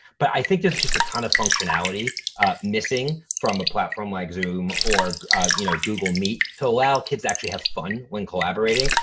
but i think there's just a ton of functionality missing from a platform like zoom or you know google meet to allow kids to actually have fun when collaborating.